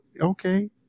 okay